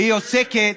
והיא עוסקת,